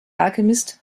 alchemist